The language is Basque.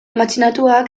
matxinatuak